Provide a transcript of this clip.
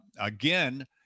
again